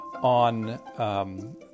on